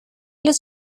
los